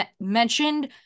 mentioned